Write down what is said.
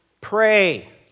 Pray